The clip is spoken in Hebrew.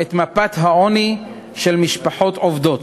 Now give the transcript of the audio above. את מפת העוני של משפחות עובדות.